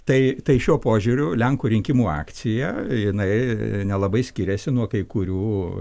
tai tai šiuo požiūriu lenkų rinkimų akcija jinai nelabai skiriasi nuo kai kurių